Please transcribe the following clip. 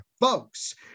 Folks